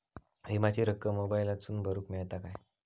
विमाची रक्कम मोबाईलातसून भरुक मेळता काय?